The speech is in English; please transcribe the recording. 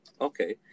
Okay